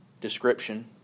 description